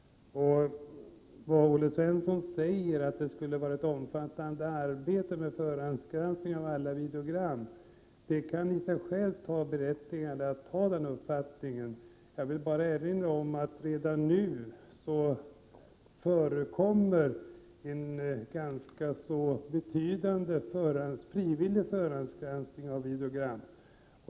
Olle Svensson säger att förhandsgranskning av alla videogram skulle innebära ett omfattande arbete. Det kan vara berättigat. Men jag vill erinra om att det redan nu förekommer en ganska betydande frivillig förhandsgranskning av videogram.